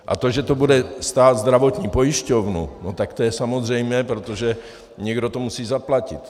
A to, že to bude stát zdravotní pojišťovnu, no tak to je samozřejmé, protože někdo to musí zaplatit.